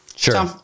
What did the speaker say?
Sure